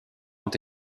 ont